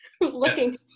looking